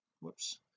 whoops